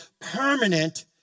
permanent